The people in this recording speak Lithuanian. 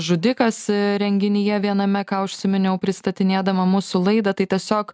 žudikas renginyje viename ką užsiminiau pristatinėdama mūsų laidą tai tiesiog